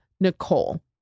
Nicole